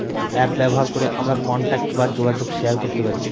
app ব্যবহার করে আমরা কন্টাক্ট বা যোগাযোগ শেয়ার করতে পারি